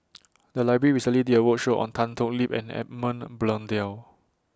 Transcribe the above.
The Library recently did A roadshow on Tan Thoon Lip and Edmund Blundell